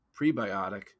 prebiotic